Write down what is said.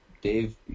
Dave